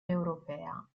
europea